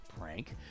prank